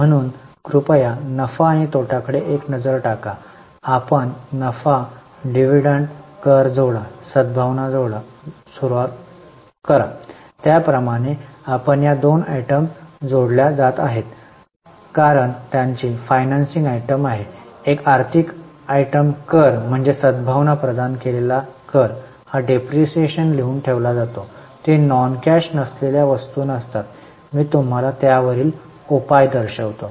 म्हणून कृपया नफा आणि तोटा कडे एक नजर टाका आपण नफा डिव्हिडंड कर जोडा सद्भावना जोडणे सुरू करतो त्याप्रमाणे आपण या दोन आयटम जोडल्या जात आहोत कारण त्यांची फायनान्सिंग आयटम ही आहे एक आर्थिक आयटम कर म्हणजे सद्भावना प्रदान केलेला कर हा डेप्रिसिएशनलिहून ठेवला जातो ते नॉन कॅश नसलेल्या वस्तू नसतात मी तुम्हाला त्यावरील उपाय दर्शवितो